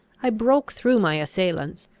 i broke through my assailants,